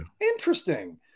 interesting